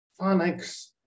phonics